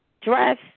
dress